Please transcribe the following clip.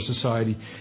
society